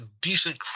decent